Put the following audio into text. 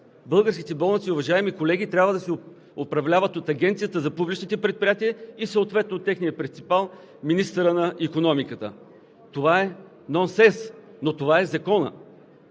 българските болници, уважаеми колеги, трябва да се управляват от Агенцията за публичните предприятия и съответно от техния принципал – министъра на икономиката. Това е нонсенс, но това е Законът.